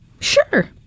Sure